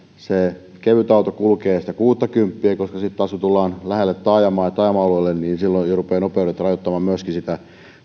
kevytauto kulkee kuuttakymppiä koska sitten taas kun tullaan lähelle taajamaa ja taajama alueelle rupeavat jo myöskin muut nopeudet rajoittamaan sitä